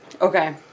Okay